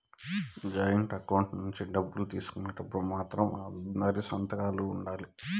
joint account నుంచి డబ్బులు తీసుకునేటప్పుడు మాత్రం అందరి సంతకాలు ఉండాలి